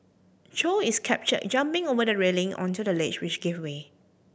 Chow is captured jumping over the railing onto the ledge which gave way